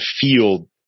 feel